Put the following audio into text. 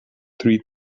three